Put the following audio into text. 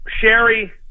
Sherry